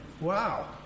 Wow